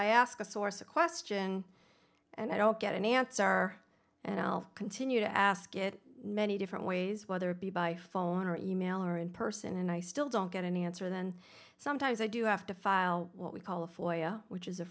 i ask a source a question and i don't get an answer and i'll continue to ask it many different ways whether it be by phone or email or in person and i still don't get any answer then sometimes i do have to file what we call a foil which is